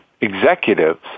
executives